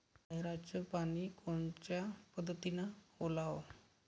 नयराचं पानी कोनच्या पद्धतीनं ओलाव?